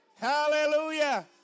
Hallelujah